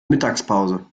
mittagspause